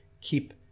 keep